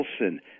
Wilson